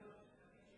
חצי שאלה.